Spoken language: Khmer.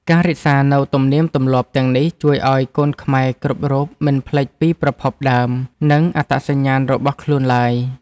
ការរក្សានូវទំនៀមទម្លាប់ទាំងនេះជួយឱ្យកូនខ្មែរគ្រប់រូបមិនភ្លេចពីប្រភពដើម និងអត្តសញ្ញាណរបស់ខ្លួនឡើយ។